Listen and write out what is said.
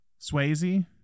Swayze